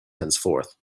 henceforth